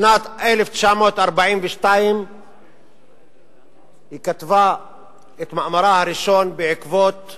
בשנת 1942 היא כתבה את מאמרה הראשון בעקבות